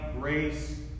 grace